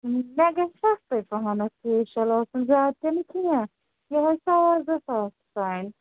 مےٚ گژھِ سَستَے پَہَم فیشَل آسُن زیادٕ تہِ نہٕ کیٚنٛہہ یِہَے ساس زٕ ساس تام